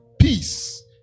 Peace